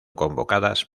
convocadas